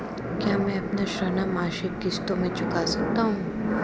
क्या मैं अपना ऋण मासिक किश्तों में चुका सकता हूँ?